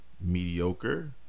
mediocre